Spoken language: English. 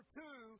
two